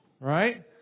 right